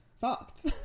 fucked